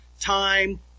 time